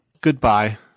Goodbye